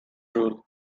rule